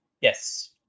Yes